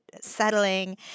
settling